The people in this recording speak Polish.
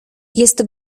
jest